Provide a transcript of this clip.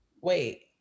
wait